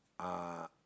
uh